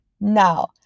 Now